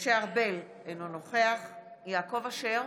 משה ארבל, אינו נוכח יעקב אשר,